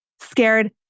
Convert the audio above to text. scared